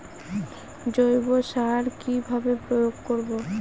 জৈব সার কি ভাবে প্রয়োগ করব?